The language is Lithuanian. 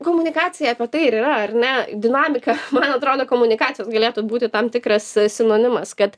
komunikacija apie tai ir yra ar ne dinamika man atrodo komunikacijos galėtų būti tam tikras sinonimas kad